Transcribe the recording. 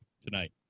tonight